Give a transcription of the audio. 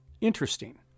Interesting